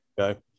okay